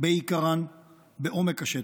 בעיקרן בעומק השטח: